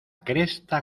cresta